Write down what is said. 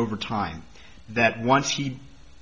over time that once he